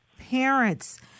parents